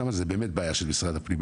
שם זה באמת בעיה של משרד הפנים.